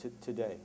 today